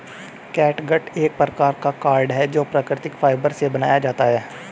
catgut एक प्रकार का कॉर्ड है जो प्राकृतिक फाइबर से बनाया जाता है